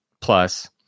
plus